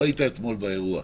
לא היית אתמול באירוע.